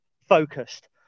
focused